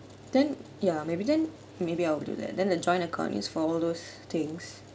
then ya maybe then maybe I'll do that then the joint account is for all those things